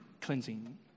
cleansing